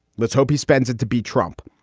let's hope he spends it to be trump.